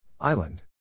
Island